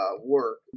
work